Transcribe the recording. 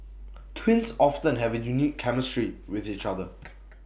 twins often have A unique chemistry with each other